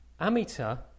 Amita